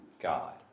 God